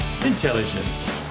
intelligence